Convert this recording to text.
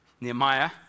Nehemiah